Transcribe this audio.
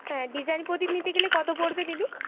হ্যাঁ ডিজাইন প্রদীপ নিতে গেলে কত পড়বে দিদি